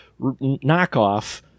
knockoff